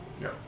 No